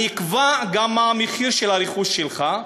אני אקבע גם מה המחיר של הרכוש שלך,